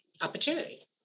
opportunity